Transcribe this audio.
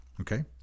Okay